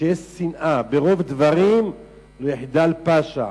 שכשיש שנאה, ברוב דברים לא יחדל פשע,